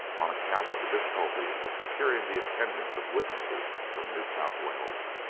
on account of the difficulty of securing the attendance of witnesses from new south wales.